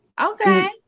Okay